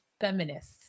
feminists